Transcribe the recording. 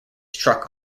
truck